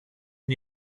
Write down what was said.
die